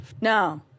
No